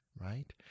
right